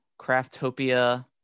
Craftopia